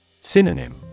Synonym